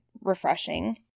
refreshing